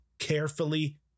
carefully